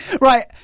Right